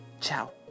Ciao